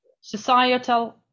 societal